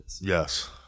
Yes